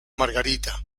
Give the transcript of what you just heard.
margarita